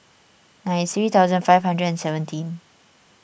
nine three thousand five hundred and seventeen